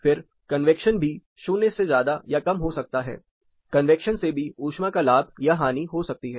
फिर कन्वैक्शन भी 0 से ज्यादा या कम हो सकता है कन्वैक्शन से भी ऊष्मा का लाभ या हानि हो सकती है